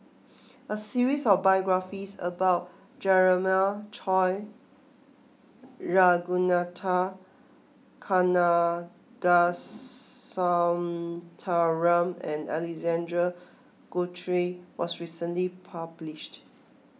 a series of biographies about Jeremiah Choy Ragunathar Kanagasuntheram and Alexander Guthrie was recently published